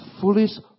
fullest